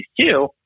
two